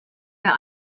wer